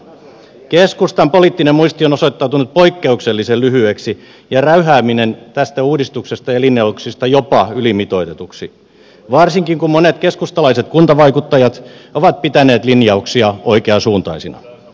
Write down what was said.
keskustan poliittinen muisti on osoittautunut poikkeuksellisen lyhyeksi ja räyhääminen tästä uudistuksesta ja linjauksista jopa ylimitoitetuksi varsinkin kun monet keskustalaiset kuntavaikuttajat ovat pitäneet linjauksia oikeansuuntaisina